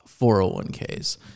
401ks